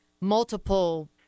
multiple